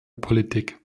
politik